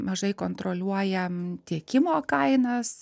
mažai kontroliuojam tiekimo kainas